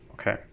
Okay